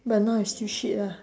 but now it's still shit lah